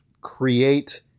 create